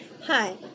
Hi